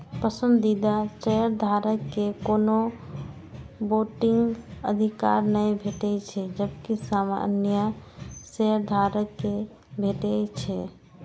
पसंदीदा शेयरधारक कें कोनो वोटिंग अधिकार नै भेटै छै, जबकि सामान्य शेयधारक कें भेटै छै